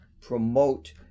promote